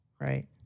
Right